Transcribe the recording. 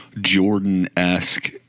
Jordan-esque